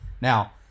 Now